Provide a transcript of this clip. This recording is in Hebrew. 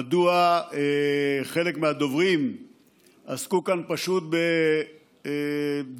מדוע חלק מהדוברים עסקו כאן פשוט בדיסאינפורמציה